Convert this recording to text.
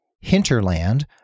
hinterland